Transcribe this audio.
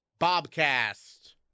Bobcast